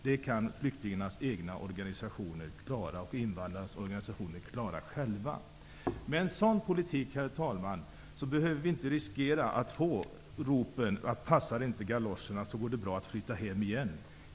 Hemspråksundervisningen kan invandrarnas och flyktingarnas egna organisationer klara själva. Med en sådan politik, herr talman, behöver vi inte riskera att få höra ropen ''passar inte galoscherna, går det bra att flytta hem igen''.